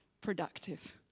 productive